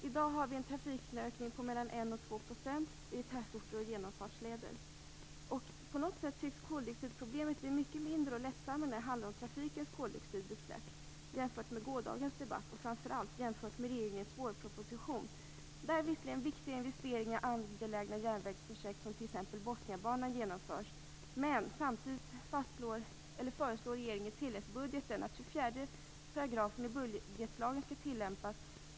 I dag har vi en trafikökning på 1-2 % i tätorter och genomfartsleder. På något sätt tycks koldioxidproblemet bli mycket mindre och lättsammare när det handlar om trafikens koldioxidutsläpp jämfört med i gårdagens debatt, och framför allt jämfört med regeringens vårproposition. Där föreslås visserligen viktiga investeringar i angelägna järnvägsprojekt som t.ex. Botniabanan. Men samtidigt föreslår regeringen i tilläggsbudgeten att 24 § i budgetlagen skall tillämpas.